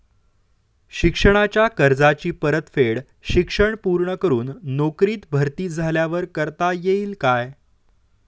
शिक्षणाच्या कर्जाची परतफेड शिक्षण पूर्ण करून नोकरीत भरती झाल्यावर करता येईल काय?